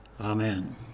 Amen